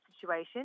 situation